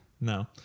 No